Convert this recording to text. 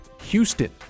houston